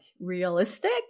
realistic